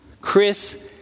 Chris